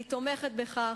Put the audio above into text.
אני תומכת בכך.